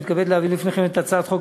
אני מתכבד להביא בפניכם את הצעת חוק